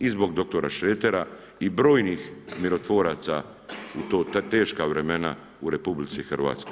I zbog dr. Šretera i brojnih mirotvoraca u ta teška vremena u RH.